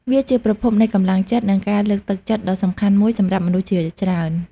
វាជាប្រភពនៃកម្លាំងចិត្តនិងការលើកទឹកចិត្តដ៏សំខាន់មួយសម្រាប់មនុស្សជាច្រើន។